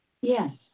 Yes